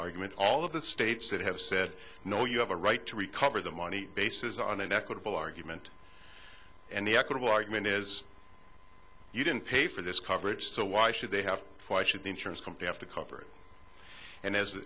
argument all of the states that have said no you have a right to recover the money basis on an equitable argument and the equitable argument is you didn't pay for this coverage so why should they have why should the insurance company have to cover it and as